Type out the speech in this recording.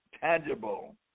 tangible